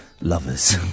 Lovers